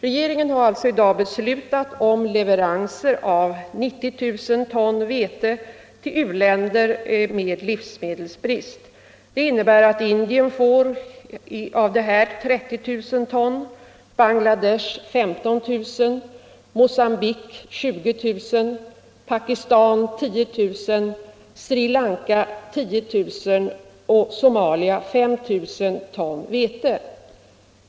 Regeringen har alltså i dag beslutat om leveranser av 90 000 ton vete till u-länder med livsmedelsbrist. Det innebär att Indien får 30 000 ton, Bangladesh 15 000 ton, Mogambique 20 000 ton, Pakistan 10 000 ton, Sri Lanka 10000 ton samt Somalia 5 000 ton vete.